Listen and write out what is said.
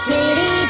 City